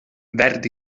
verd